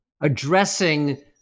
addressing